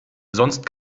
sonst